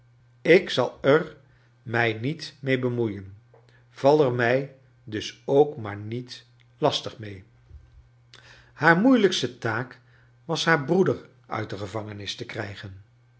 ik zal er mij niet mee bemoeien val er mij dus ook maar niet lastig mee haar moeilijksf e tuak was haar broeder uit de gevangenis te krijgen